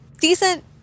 decent